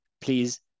please